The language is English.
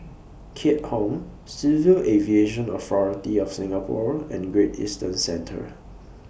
Keat Hong Civil Aviation Authority of Singapore and Great Eastern Centre